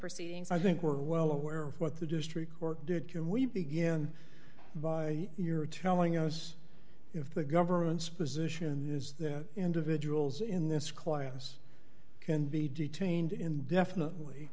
proceedings i think we're well aware of what the district court did can we begin by your telling us if the government's position is that individuals in this class can be detained indefinitely